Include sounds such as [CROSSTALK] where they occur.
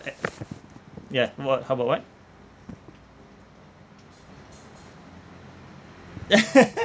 eh ya wha~ how about what [LAUGHS]